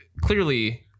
clearly